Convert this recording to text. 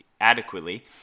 adequately